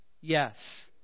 Yes